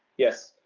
yes,